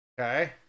Okay